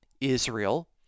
Israel